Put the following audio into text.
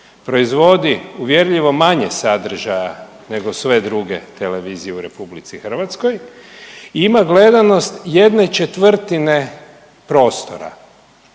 proizvodi uvjerljivo manje sadržaja nego sve druge televizije u RH i ima gledanost 1/4 prostora.